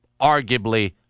arguably